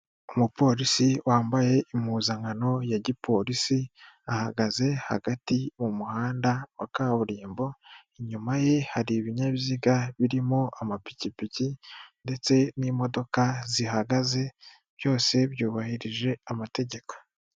Umuporisi wambaye impuzankano ya giporisi ahagaze hagati mu muhanda wa kaburimbo, inyuma ye hari ibinyabiziga birimo amapikipiki ndetse n'imodoka zihagaze byose byubahirije amategeko.